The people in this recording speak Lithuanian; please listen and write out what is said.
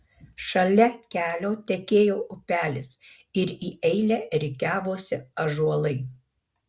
šalia kelio tekėjo upelis ir į eilę rikiavosi ąžuolai